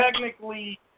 technically